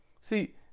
See